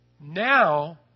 Now